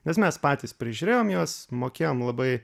nes mes patys prižiūrėjom juos mokėjom labai